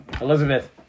Elizabeth